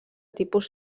tipus